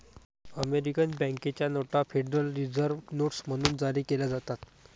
American बँकेच्या नोटा Federal Reserve notes म्हणून जारी केल्या जातात